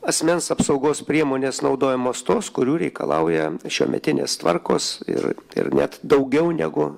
asmens apsaugos priemonės naudojamos tos kurių reikalauja šiuometinės tvarkos ir ir net daugiau negu